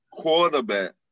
quarterback